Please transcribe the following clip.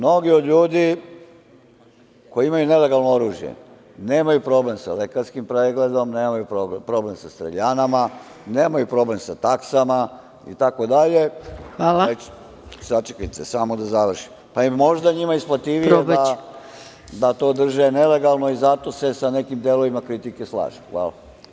Mnogi od ljudi koji imaju nelegalno oružje nemaju problem sa lekarskim pregledom, nemaju problem sa streljanama, nemaju problem sa taksama itd. pa je možda njima isplativije da to drže nelegalno i zato se sa nekim delovima kritike slažem.